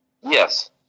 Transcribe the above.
Yes